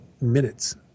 minutes